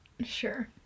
Sure